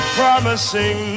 promising